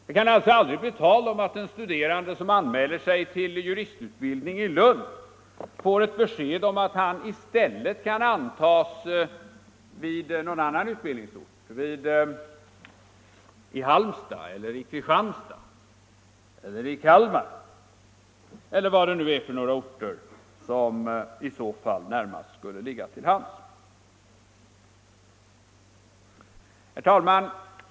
Det kan alltså aldrig bli tal om att en studerande, som anmäler sig till juristutbildning i Lund, får ett besked om att han i stället kan antas vid någon annan utbildningsort — i Halmstad, Kristianstad, Kalmar eller vad det är för orter som närmast skulle ligga till hands. Herr talman!